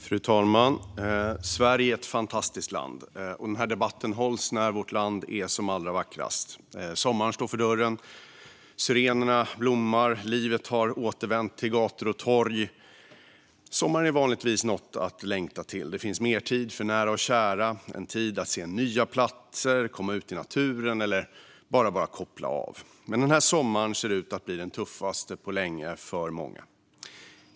Fru talman! Sverige är ett fantastiskt land, och denna debatt hålls när vårt land är som allra vackrast. Sommaren står för dörren, syrenerna blommar och livet har återvänt till gator och torg. Sommaren är vanligtvis något att längta till. Det finns mer tid för nära och kära och tid att se nya platser, komma ut i naturen eller bara koppla av. Men denna sommar ser ut att bli den tuffaste på länge för många.